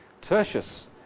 Tertius